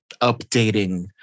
updating